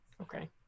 Okay